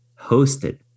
hosted